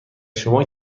شما